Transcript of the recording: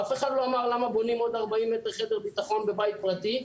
אף אחד לא אמר למה בונים עוד 40 מטר חדר ביטחון בבית פרטי.